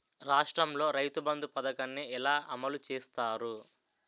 రాష్ట్రంలో రైతుబంధు పథకాన్ని ఎలా అమలు చేస్తారు?